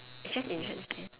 it's just interesting